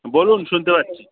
বলুন শুনতে পাচ্ছি